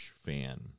fan